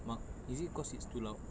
mark is it cause it's too loud